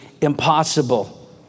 impossible